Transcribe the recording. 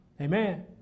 Amen